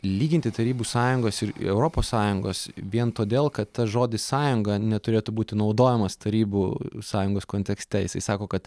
lyginti tarybų sąjungos ir europos sąjungos vien todėl kad tas žodis sąjunga neturėtų būti naudojamas tarybų sąjungos kontekste jisai sako kad